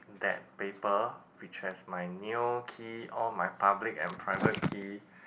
that paper which has my nail key all my public and private key